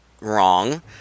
wrong